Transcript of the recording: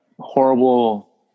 horrible